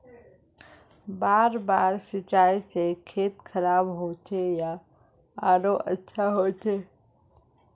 बार बार सिंचाई से खेत खराब होचे या आरोहो अच्छा होचए?